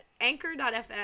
anchor.fm